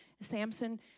Samson